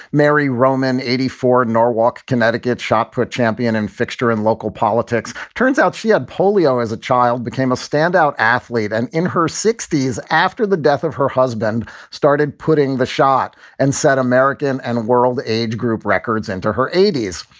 mary rowman, eighty four, norwalk, connecticut, shotput champion and fixture in local politics. turns out she had polio as a child. became a standout athlete. and in her sixty s, after the death of her husband started putting the shot and said american and world age group records into her eighty s.